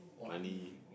money